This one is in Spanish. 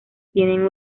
tienen